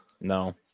No